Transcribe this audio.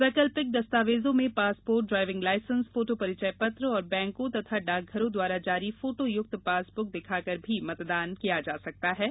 वैकल्पिक दस्तावेजों में पासपोर्ट ड्राइविंग लायसेंस फोटो परिचय पत्र और बैंकों तथा डाकघरों द्वारा जारी फोटोयुक्त पासबुक दिखाकर भी मतदान कर सकेंगे